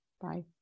Bye